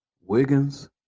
Wiggins